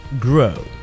grow